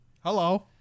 Hello